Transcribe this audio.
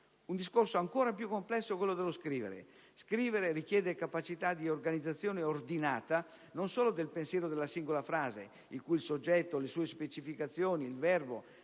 Un discorso ancora più complesso è quello dello scrivere. Scrivere richiede capacità di organizzazione ordinata non solo del pensiero della singola frase, in cui il soggetto, le sue specificazioni, il verbo